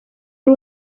ari